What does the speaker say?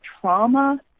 trauma